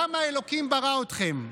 למה אלוקים ברא אתכם.